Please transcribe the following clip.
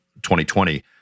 2020